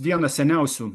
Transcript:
vienas seniausių